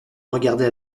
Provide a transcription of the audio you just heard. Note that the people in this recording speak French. regardait